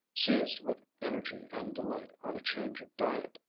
seized with energy and delight on a change of diet.